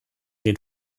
den